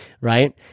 right